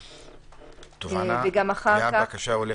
וגם אחר כך.